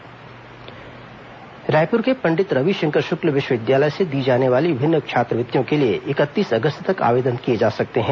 विवि छात्रवृत्ति रायपुर के पंडित रविशंकर शुक्ल विश्वविद्यालय से दी जाने वाली विभिन्न छात्रवृत्ति के लिए इकतीस अगस्त तक आवेदन किए जा सकते हैं